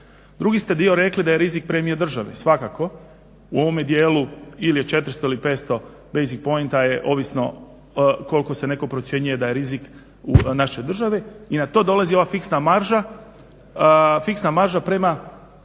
Drugi ste dio rekli da je rizik premije države. Svakako u ovome dijelu ili je 400 ili 500 leasing pointa je ovisno koliko se neko procjenjuje da je rizik u našoj državi. I na to dolazi ova fiksna marža,